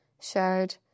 shared